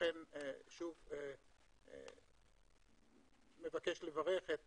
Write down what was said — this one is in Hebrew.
לכן אני שוב מבקש, לברך את